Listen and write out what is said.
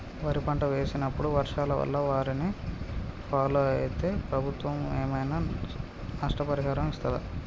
వరి పంట వేసినప్పుడు వర్షాల వల్ల వారిని ఫాలో అయితే ప్రభుత్వం ఏమైనా నష్టపరిహారం ఇస్తదా?